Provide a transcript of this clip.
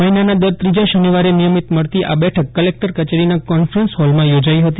મહિનાના દર ત્રીજા શનિવારે નિયમીત મળતી આ બેઠક કલેક્ટર કચેરીના કોન્ફરન્સ હોલમાં યોજાઇ હતી